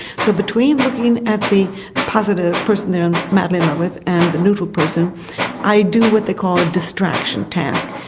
so between looking at the positive person who they are and madly in love with and the neutral person i do what they call a distraction task.